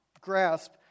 grasp